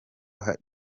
hari